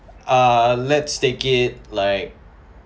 err let's take it like